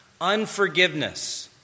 Unforgiveness